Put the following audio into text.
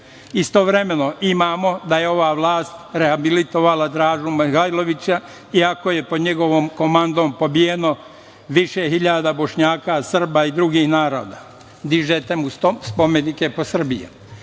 imamo da je ova vlast rehabilitovala Dražu Mihailovića iako je pod njegovom komandom pobijeno više hiljada Bošnjaka, Srba i drugih naroda. Dižete mu spomenike po Srbiji. Ako